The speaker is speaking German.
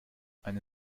eine